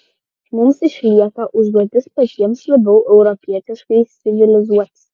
mums išlieka užduotis patiems labiau europietiškai civilizuotis